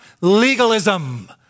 legalism